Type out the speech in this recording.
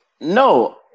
No